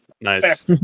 Nice